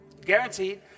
guaranteed